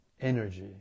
energy